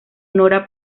nora